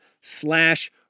slash